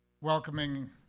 welcoming